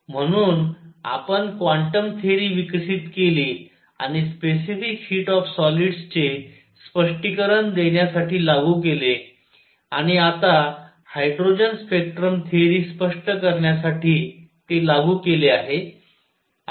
म्हणून आपण quantum theory विकसित केली आणि स्पेसिफिक हीट ऑफ सॉलिड्स चे स्पष्टीकरण देण्यासाठी लागू केले आणि आता हायड्रोजन स्पेक्ट्रम थेअरी स्पष्ट करण्यासाठी ते लागू केले आहे